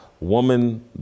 Woman